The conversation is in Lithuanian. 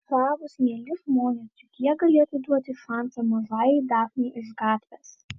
žavūs mieli žmonės juk jie galėtų duoti šansą mažajai dafnei iš gatvės